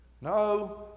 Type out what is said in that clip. No